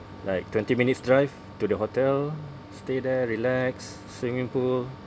like twenty minutes drive to the hotel stay there relax swimming pool